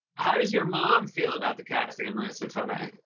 how does your mom feel about the casting of marisa tomei?